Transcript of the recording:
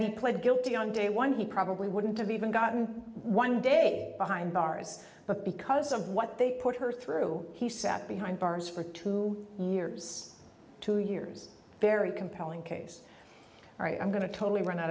d pled guilty on day one he probably wouldn't have even gotten one day behind bars but because of what they put her through he sat behind bars for two years two years very compelling case i'm going to totally run out